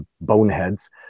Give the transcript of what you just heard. boneheads